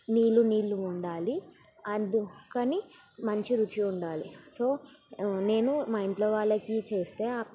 నీళ్ళు నీళ్ళు ఉండాలి అందుకని మంచి రుచి ఉండాలి సో నేను మా ఇంట్లో వాళ్ళకి చేస్తే